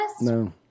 No